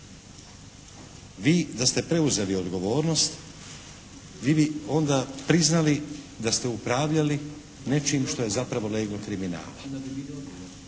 Vi da ste preuzeli odgovornost vi bi onda priznali da ste upravljali nečim što je zapravo leglo kriminala